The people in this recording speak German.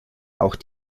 auch